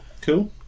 Cool